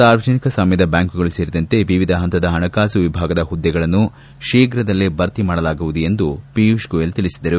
ಸಾರ್ವಜನಿಕ ಸ್ವಾಮ್ಲದ ಬ್ಲಾಂಕ್ಗಳು ಸೇರಿದಂತೆ ವಿವಿಧ ಹಂತದ ಹಣಕಾಸು ವಿಭಾಗದ ಹುದ್ದೆಗಳನ್ನು ಶೀಘದಲ್ಲಿ ಭರ್ತಿ ಮಾಡಲಾಗುವುದು ಎಂದು ಪಿಯೂಷ್ ಗೋಯಲ್ ತಿಳಿಸಿದರು